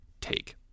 take